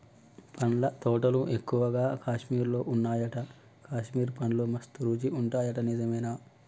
పండ్ల తోటలు ఎక్కువగా కాశ్మీర్ లో వున్నాయట, కాశ్మీర్ పండ్లు మస్త్ రుచి ఉంటాయట నిజమేనా